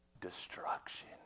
destruction